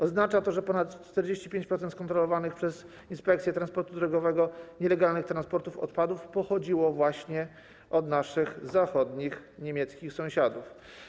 Oznacza to, że ponad 45% skontrolowanych przez Inspekcję Transportu Drogowego nielegalnych transportów odpadów pochodziło właśnie od naszych zachodnich, niemieckich sąsiadów.